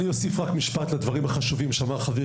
אני רק אוסיף לדברים שאמר פה חברי,